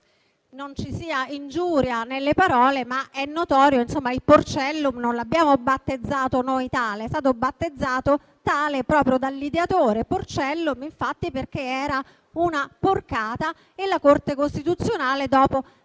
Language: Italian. non ci sia ingiuria nelle parole - è notorio che il Porcellum non l'abbiamo battezzato noi così, ma è stato battezzato tale proprio dal suo ideatore (Porcellum, infatti, perché era una porcata e la Corte costituzionale tale